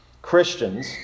Christians